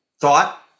thought